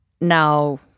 now